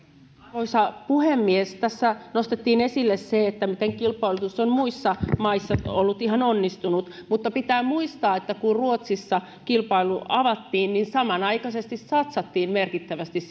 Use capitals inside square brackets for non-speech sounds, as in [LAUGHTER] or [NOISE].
arvoisa puhemies tässä nostettiin esille se miten kilpailutus on muissa maissa ollut ihan onnistunut mutta pitää muistaa että kun ruotsissa kilpailu avattiin niin samanaikaisesti satsattiin merkittävästi [UNINTELLIGIBLE]